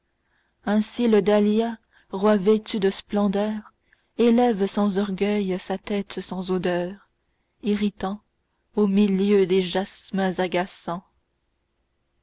ainsi le dahlia roi vêtu de splendeur élève sans orgueil sa tête sans odeur irritant au milieu des jasmins agaçants